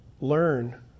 learn